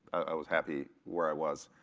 i was happy where i was.